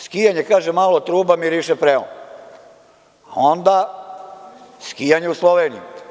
Skijanje, kaže malo truba, miriše freon, a onda skijanje u Sloveniji.